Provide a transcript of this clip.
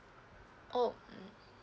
oh mm